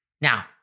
Now